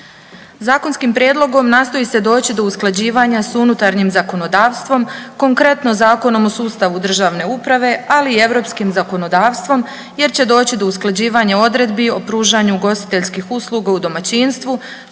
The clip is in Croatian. Zakonskim prijedlogom nastoji se doći do usklađivanja s unutarnjim zakonodavstvom, konkretno Zakonom o sustavu državne uprave, ali i europskim zakonodavstvom jer će doći do usklađivanja odredbi o pružanju ugostiteljskih usluga u domaćinstvu